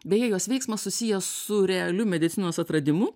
beje jos veiksmas susijęs su realiu medicinos atradimu